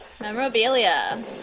Memorabilia